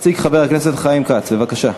יציג חבר הכנסת חיים כץ, בבקשה.